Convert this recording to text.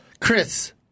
Chris